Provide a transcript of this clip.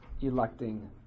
electing